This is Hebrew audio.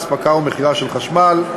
הספקה ומכירה של חשמל,